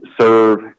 serve